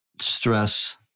stress